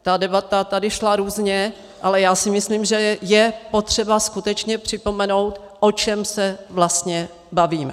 Ta debata tady šla různě, ale já si myslím, že je potřeba skutečně připomenout, o čem se vlastně bavíme.